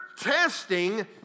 testing